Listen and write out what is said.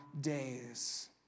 days